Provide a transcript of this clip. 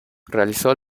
realizó